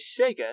Sega